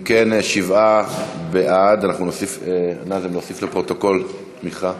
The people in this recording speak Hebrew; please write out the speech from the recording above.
שבעה בעד, נאזם, נוסיף לפרוטוקול את אוסאמה סעדי,